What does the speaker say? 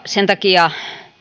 sen takia